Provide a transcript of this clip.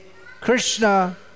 Krishna